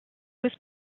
was